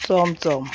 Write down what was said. chamcham